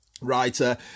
writer